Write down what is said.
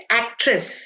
actress